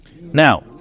Now